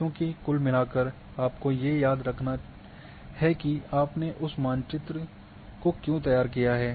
क्योंकि कुल मिलाकर आपको ये याद रखना है कि आपने उस मानचित्र क्यों को तैयार किया है